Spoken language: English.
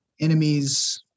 enemies